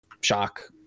Shock